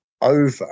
over